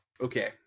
Okay